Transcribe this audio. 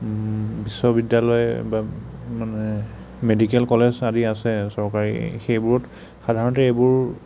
বিশ্ববিদ্য়ালয় বা মানে মেডিকেল কলেজ আদি আছে চৰকাৰী সেইবোৰত সাধাৰণতে এইবোৰ